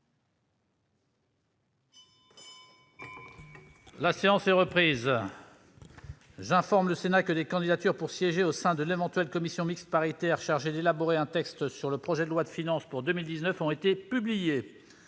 La séance est reprise. J'informe le Sénat que des candidatures pour siéger au sein de l'éventuelle commission mixte paritaire chargée d'élaborer un texte sur le projet de loi de finances pour 2019 ont été publiées.